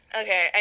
Okay